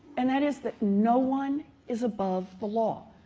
and that is that no one is above the law,